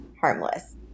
harmless